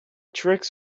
tricks